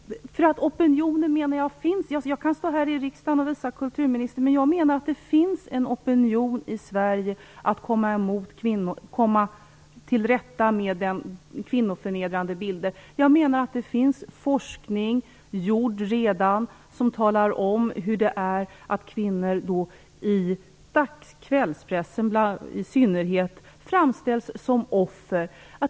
Fru talman! Vad jag är ute efter är att vi skall säga vad vi tycker om den här typen av medier. Jag kan stå här i riksdagen och visa upp detta för kulturministern, men det finns en opinion i Sverige som vill komma till rätta med kvinnoförnedrande bilder. Det finns redan forskning som visar hur det är, nämligen att kvinnor framställs som offer, i synnerhet i kvällspressen.